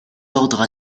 ordres